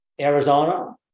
Arizona